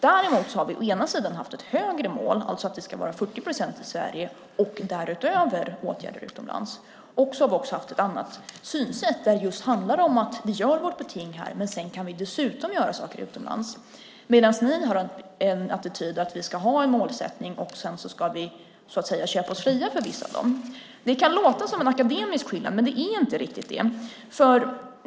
Däremot har vi haft ett högre mål - 40 procent i Sverige och därutöver åtgärder utomlands - och ett annat synsätt som handlar om att vi ska göra vårt beting här men dessutom göra saker utomlands. Ni har haft attityden att vi ska ha en målsättning, och sedan ska vi köpa oss fria för vissa av dem. Det kan låta som en akademisk skillnad, men det är det inte riktigt.